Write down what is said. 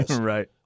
Right